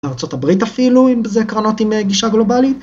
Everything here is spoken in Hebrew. ארה״ב אפילו, אם זה קרנות עם גישה גלובלית.